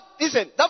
Listen